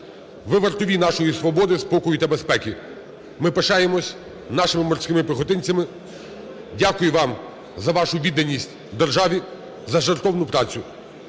Ви – вартові нашої свободи, спокою та безпеки. Ми пишаємось нашими морським піхотинцями. Дякую вам за вашу відданість державі, за жертовну працю.